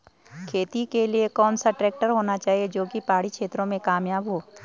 खेती के लिए कौन सा ट्रैक्टर होना चाहिए जो की पहाड़ी क्षेत्रों में कामयाब हो?